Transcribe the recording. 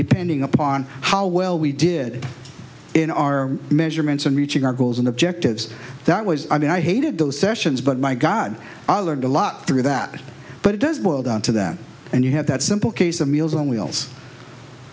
depending upon how well we did in our measurements and reaching our goals and objectives that was i mean i hated those sessions but my god i learned a lot through that but it does boil down to that and you have that simple case of meals on